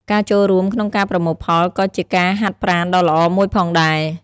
ការចូលរួមក្នុងការប្រមូលផលក៏ជាការហាត់ប្រាណដ៏ល្អមួយផងដែរ។